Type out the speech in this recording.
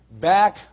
back